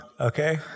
Okay